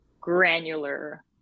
granular